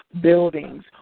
buildings